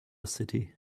city